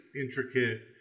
intricate